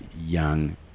young